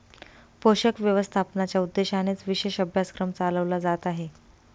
पोषक व्यवस्थापनाच्या उद्देशानेच विशेष अभ्यासक्रम चालवला जात आहे